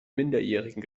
minderjährigen